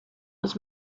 was